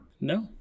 No